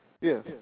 Yes